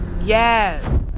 yes